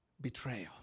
betrayal